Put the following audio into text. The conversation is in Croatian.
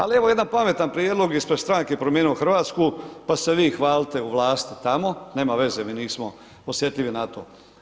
Ali evo jedan pametan prijedlog ispred Stranke promijenimo Hrvatsku, pa se vi hvalite u vlasti tamo, nema veze mi nismo osjetljivi na to.